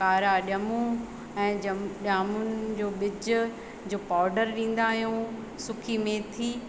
कारा जमूं ऐं जम जामून जो बिज जो पाउडर ॾींदा आहियूं सुकी मेथी